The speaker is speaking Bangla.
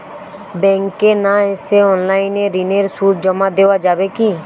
ব্যাংকে না এসে অনলাইনে ঋণের সুদ জমা দেওয়া যাবে কি?